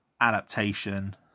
adaptation